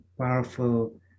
powerful